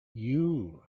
you